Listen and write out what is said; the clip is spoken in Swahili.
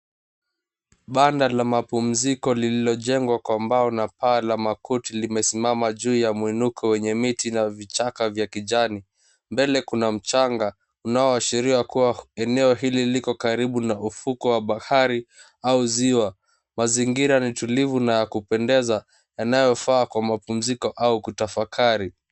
Banda lenye mapumziko lililojengwa kwa mbao na paa la makuti limesimama juu ya muinuko wenye miti na vichakani. Mbele kuna unaoashiria kua eneo hili liko karibu na ufukwe wa bahari au ziwa. Mazingira ni tulivu na ya kupendeza yanayofaa kwa mapumziko au kutafakari.